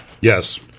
Yes